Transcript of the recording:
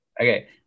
Okay